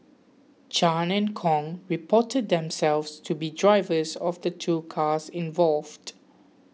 Chan and Kong reported themselves to be drivers of the two cars involved